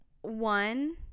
One